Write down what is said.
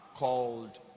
called